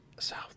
South